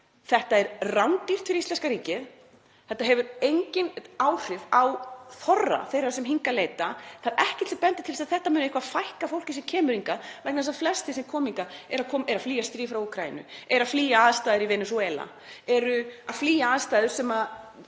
þetta er rándýrt fyrir íslenska ríkið. Þetta hefur engin áhrif á þorra þeirra sem hingað leita. Það er ekkert sem bendir til þess að þetta muni eitthvað fækka fólki sem kemur hingað vegna þess að flestir sem koma hingað eru að flýja stríð í Úkraínu, eru að flýja aðstæður í Venesúela, eru að flýja ákveðnar